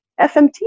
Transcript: FMT